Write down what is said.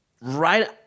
right